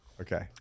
Okay